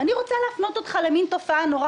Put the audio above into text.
אני רוצה להפנות אותך למין תופעה נורא